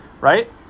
right